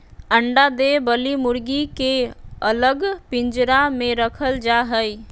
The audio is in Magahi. अंडा दे वली मुर्गी के अलग पिंजरा में रखल जा हई